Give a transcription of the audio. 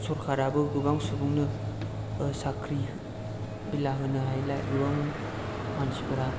सरखाराबो गोबां सुबुंनो साख्रि बिला होनो हायैलाय गोबां मानसिफोरा